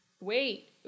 Wait